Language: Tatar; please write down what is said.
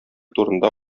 турында